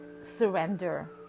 surrender